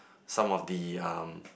some of the um